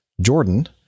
Jordan